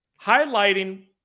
highlighting